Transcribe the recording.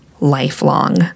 lifelong